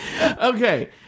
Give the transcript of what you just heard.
Okay